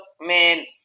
man